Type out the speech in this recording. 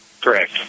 Correct